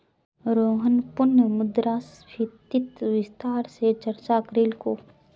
रोहन पुनः मुद्रास्फीतित विस्तार स चर्चा करीलकू